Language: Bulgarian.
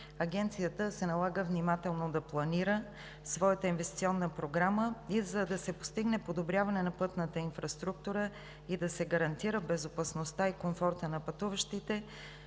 Агенцията внимателно да планира своята инвестиционна програма, а за да се постигне подобряване на пътната инфраструктура и да се гарантират безопасността и комфортът на пътуващите,